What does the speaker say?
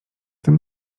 tym